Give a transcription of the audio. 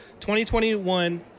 2021